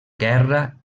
guerra